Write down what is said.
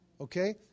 okay